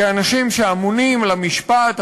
כאנשים שאמונים על המשפט,